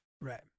Right